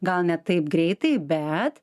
gal ne taip greitai bet